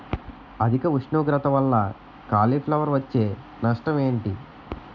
అధిక ఉష్ణోగ్రత వల్ల కాలీఫ్లవర్ వచ్చే నష్టం ఏంటి?